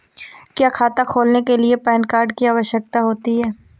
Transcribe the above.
क्या खाता खोलने के लिए पैन कार्ड की आवश्यकता होती है?